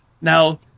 Now